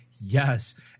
yes